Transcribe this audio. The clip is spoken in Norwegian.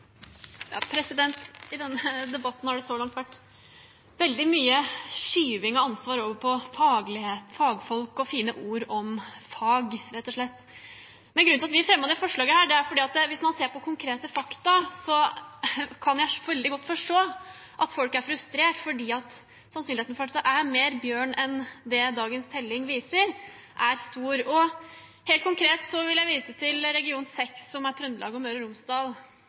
I denne debatten har det så langt vært veldig mye skyving av ansvar over på fagfolk og fine ord om fag, rett og slett. Men grunnen til at vi fremmet dette forslaget, er at hvis man ser på konkrete fakta, kan jeg veldig godt forstå at folk er frustrert, for sannsynligheten for at det er mer bjørn enn det dagens telling viser, er stor. Helt konkret vil jeg vise til region 6, som er Trøndelag og Møre og Romsdal.